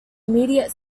immediate